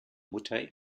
mutter